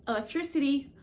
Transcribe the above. electricity,